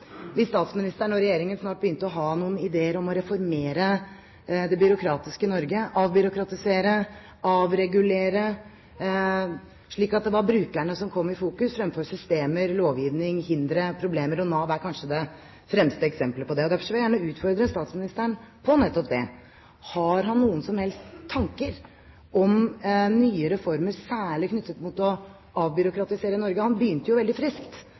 vil jeg gjerne utfordre statsministeren på nettopp det: Har han noen som helst tanker om nye reformer særlig knyttet til å avbyråkratisere Norge? Han begynte jo veldig friskt